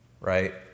Right